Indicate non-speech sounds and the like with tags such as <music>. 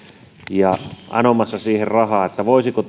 ja anomassa siihen rahaa että voisiko <unintelligible>